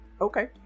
Okay